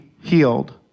healed